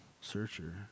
searcher